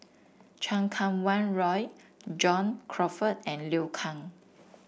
Chan Kum Wah Roy John Crawfurd and Liu Kang